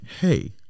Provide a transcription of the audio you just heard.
hey